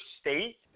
state